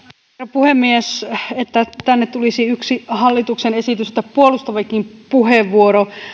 puhemies että tänne tulisi yksi hallituksen esitystä puolustavakin puheenvuoro